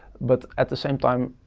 but at the same time,